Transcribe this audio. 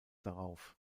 darauf